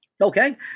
okay